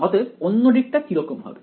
অতএব অন্য দিকটা কিরকম হবে